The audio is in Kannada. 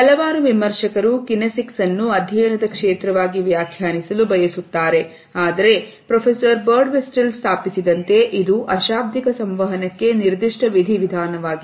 ಹಲವಾರು ವಿಮರ್ಶಕರು ಕಿನ್ನೆಸ್ಎಕ್ಸ್ ಅನ್ನು ಅಧ್ಯಯನದ ಕ್ಷೇತ್ರವಾಗಿ ವ್ಯಾಖ್ಯಾನಿಸಲು ಬಯಸುತ್ತಾರೆ ಆದರೆ ಪ್ರೊಫೆಸರ್ ಬರ್ಡ್ ಮಿಸ್ಟರ್ ಸ್ಥಾಪಿಸಿದಂತೆ ಇದು ಅಶಾಬ್ದಿಕ ಸಂವಹನಕ್ಕೆ ನಿರ್ದಿಷ್ಟ ವಿಧಿ ವಿಧಾನವಾಗಿದೆ